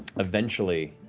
eventually,